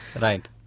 Right